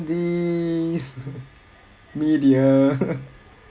these media